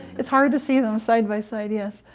it's hard to see them side-by-side. yes,